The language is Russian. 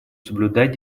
соблюдать